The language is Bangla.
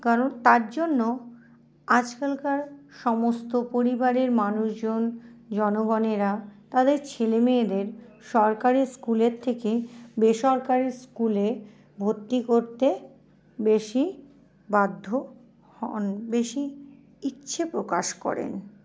কারণ তার জন্য আজকালকার সমস্ত পরিবারের মানুষজন জনগণেরা তাদের ছেলেমেয়েদের সরকারি স্কুলের থেকেই বেসরকারি স্কুলে ভর্তি করতে বেশি বাধ্য হন বেশি ইচ্ছে প্রকাশ করেন